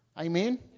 Amen